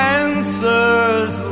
answers